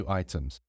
items